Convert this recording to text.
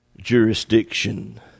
jurisdiction